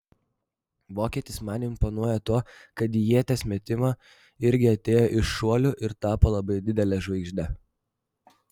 vokietis man imponuoja tuo kad į ieties metimą irgi atėjo iš šuolių ir tapo labai didele žvaigžde